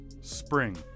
spring